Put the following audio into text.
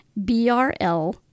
BRL